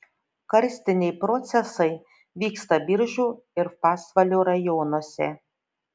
karstiniai procesai vyksta biržų ir pasvalio rajonuose